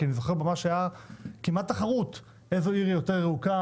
אני זוכר שהייתה כמעט תחרות איזו עיר יותר ירוקה,